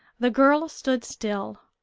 the girl stood still,